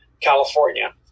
California